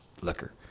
liquor